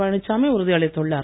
பழனிசாமி உறுதியளித்துள்ளார்